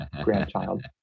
grandchild